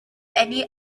any